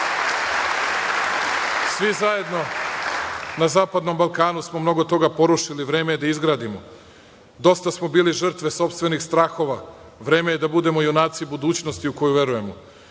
zajedno na zapadnom Balkanu smo mnogo toga porušili. Vreme je da gradimo. Dosta smo bili žrtve sopstvenih strahova. Vreme je da budemo junaci budućnosti u koju verujemo.